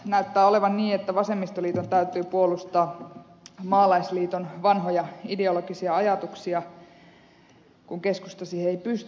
näyttää olevan niin että vasemmistoliiton täytyy puolustaa maalaisliiton vanhoja ideologisia ajatuksia kun keskusta siihen ei pysty